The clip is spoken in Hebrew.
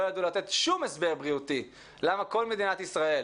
ידעו לתת כל הסבר בריאותי למה כל מדינת ישראל